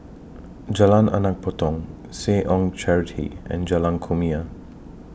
Jalan Anak Patong Seh Ong Charity and Jalan Kumia